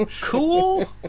cool